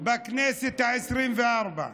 בכנסת העשרים-וארבע.